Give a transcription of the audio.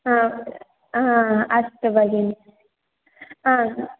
हा हा अस्तु भगिनि आं